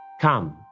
Come